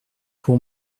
pour